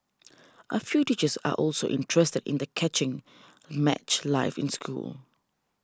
a few teachers are also interested in the catching match live in school